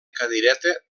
cadireta